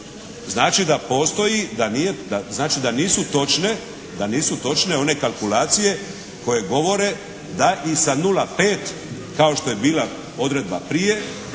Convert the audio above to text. znači da nisu točne one kalkulacije koje govore da i sa 0,5 kao što je bila odredba prije